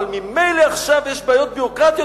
אבל ממילא עכשיו יש בעיות ביורוקרטיות,